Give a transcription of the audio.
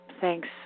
Thanks